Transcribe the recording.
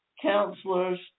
counselors